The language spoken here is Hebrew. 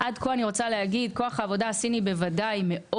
עד כה אני רוצה להגיד שמאוד מרוצים